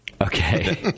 Okay